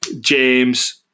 James